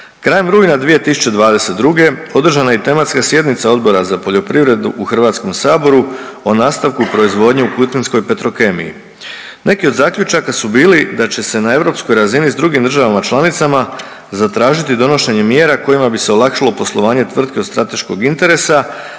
Krajem rujna 2022. održana je tematska sjednica Odbora za poljoprivredu u HS o nastavku proizvodnje u Kutinskoj Petrokemiji. Neki od zaključaka su bili da će se na europskoj razini s drugim državama članicama zatražiti donošenje mjera kojima bi se olakšalo poslovanje tvrtke od strateškog interesa,